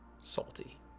salty